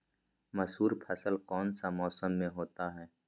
मसूर फसल कौन सा मौसम में होते हैं?